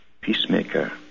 peacemaker